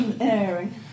airing